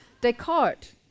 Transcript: Descartes